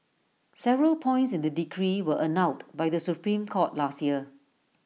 several points in the decree were annulled by the Supreme court last year